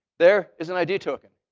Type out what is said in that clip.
there is an id token.